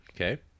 Okay